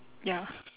ya